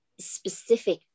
specific